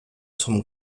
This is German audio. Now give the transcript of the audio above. zum